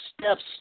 steps